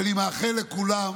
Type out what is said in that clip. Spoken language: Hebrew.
ואני מאחל לכולם